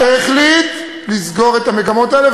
החליט לסגור את המגמות האלה,